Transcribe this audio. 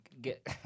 get